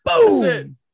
Boom